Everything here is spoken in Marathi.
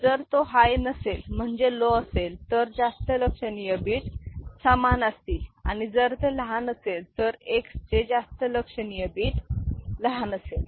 जर तो हाय नसेल म्हणजे लो असेल तर जास्त लक्षणीय बीट समान असेल आणि जर ते लहान असेल तर X चे जास्त लक्षणीय बीट लहान असेल